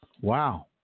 Wow